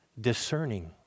discerning